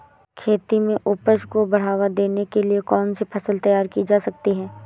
खेती में उपज को बढ़ावा देने के लिए कौन सी फसल तैयार की जा सकती है?